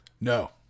No